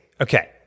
Okay